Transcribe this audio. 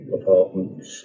apartments